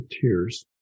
tears